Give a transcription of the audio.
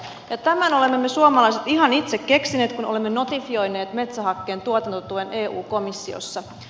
tämän olemme me suomalaiset ihan itse keksineet kun olemme notifioineet metsähakkeen tuotantotuen eu komissiossa